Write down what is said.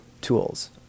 tools